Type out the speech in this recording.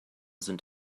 sind